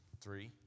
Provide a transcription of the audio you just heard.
three